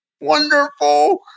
wonderful